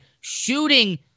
shooting